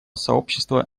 сообщества